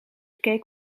cake